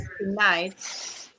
tonight